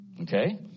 Okay